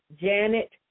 Janet